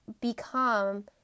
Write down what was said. become